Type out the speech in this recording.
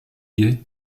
gaie